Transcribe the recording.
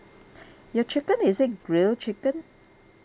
your chicken is it grilled chicken